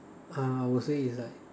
uh I would say is like